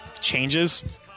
changes